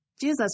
Jesus